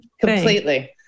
Completely